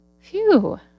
Phew